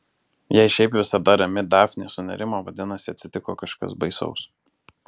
jei šiaip visada rami dafnė sunerimo vadinasi atsitiko kažkas baisaus